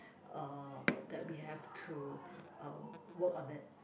uh that we have to uh work on that